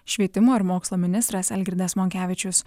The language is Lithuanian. švietimo ir mokslo ministras algirdas monkevičius